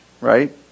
right